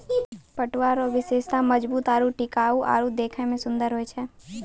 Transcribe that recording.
पटुआ रो विशेषता मजबूत आरू टिकाउ आरु देखै मे सुन्दर होय छै